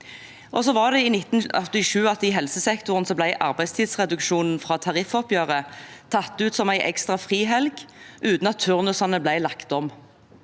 I 1987 ble arbeidstidsreduksjonen fra tariffoppgjøret tatt ut som en ekstra frihelg, uten at turnusene ble lagt om.